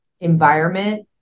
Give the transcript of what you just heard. Environment